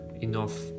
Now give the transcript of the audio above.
enough